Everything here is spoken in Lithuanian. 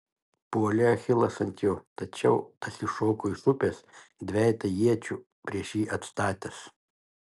puolė achilas ant jo tačiau tas iššoko iš upės dvejetą iečių prieš jį atstatęs